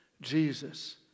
Jesus